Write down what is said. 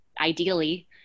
ideally